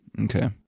Okay